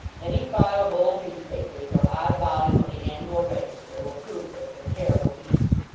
any file of old newspapers, or odd volume of the annual register, will prove this with terrible ease.